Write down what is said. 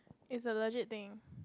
is a legit thing